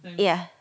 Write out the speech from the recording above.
ya